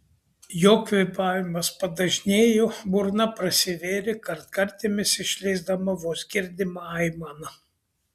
jo kvėpavimas padažnėjo burna prasivėrė kartkartėmis išleisdama vos girdimą aimaną